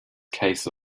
case